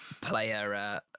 player